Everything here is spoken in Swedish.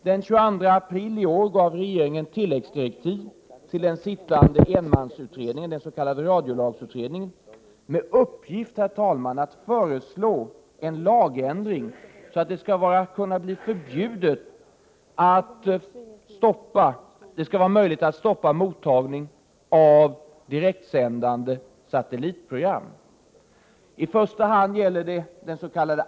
Den 22 april i år gav regeringen tilläggsdirektiv till den sittande enmansutredningen, den s.k. radiolagsutredningen, med uppgift att föreslå en lagändring så att det skulle vara möjligt att stoppa mottagning av direktsända satellitprogram. I första hand gäller det dens.k.